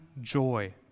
joy